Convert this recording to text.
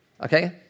okay